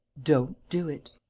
don't do it.